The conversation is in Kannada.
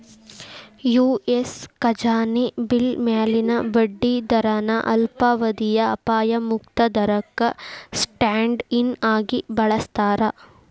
ಯು.ಎಸ್ ಖಜಾನೆ ಬಿಲ್ ಮ್ಯಾಲಿನ ಬಡ್ಡಿ ದರನ ಅಲ್ಪಾವಧಿಯ ಅಪಾಯ ಮುಕ್ತ ದರಕ್ಕ ಸ್ಟ್ಯಾಂಡ್ ಇನ್ ಆಗಿ ಬಳಸ್ತಾರ